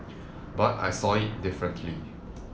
but I saw it differently